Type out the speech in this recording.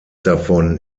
davon